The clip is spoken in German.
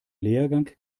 lehrgang